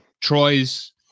Troy's